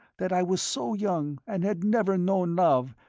that i was so young and had never known love,